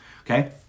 Okay